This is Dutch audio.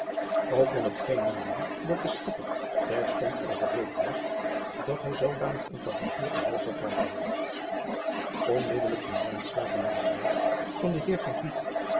ook kon het geen nadeel dat de schipper terstond overreed was dat hij zoodanig een passagier aan boord zou krijgen onmiddelijk ging lijnslager naar het huis van den heer